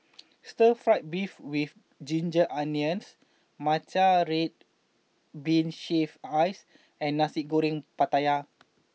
Stir Fried Beef with Ginger Onions Matcha Red Bean Shaved Ice and Nasi Goreng Pattaya